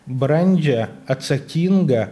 brandžią atsakingą